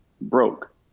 broke